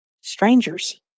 Strangers